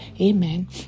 amen